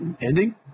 ending